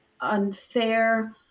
unfair